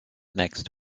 next